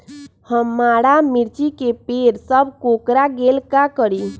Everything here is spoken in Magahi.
हमारा मिर्ची के पेड़ सब कोकरा गेल का करी?